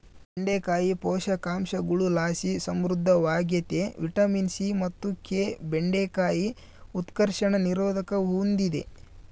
ಬೆಂಡೆಕಾಯಿ ಪೋಷಕಾಂಶಗುಳುಲಾಸಿ ಸಮೃದ್ಧವಾಗ್ಯತೆ ವಿಟಮಿನ್ ಸಿ ಮತ್ತು ಕೆ ಬೆಂಡೆಕಾಯಿ ಉತ್ಕರ್ಷಣ ನಿರೋಧಕ ಹೂಂದಿದೆ